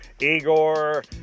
igor